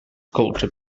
culture